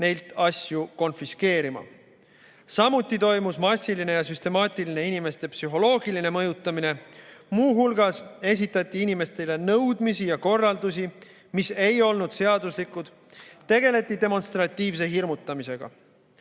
neilt asju konfiskeerima. Samuti toimus massiline ja süstemaatiline inimeste psühholoogiline mõjutamine. Muu hulgas esitati inimestele nõudmisi ja korraldusi, mis ei olnud seaduslikud, ning tegeleti demonstratiivse hirmutamisega.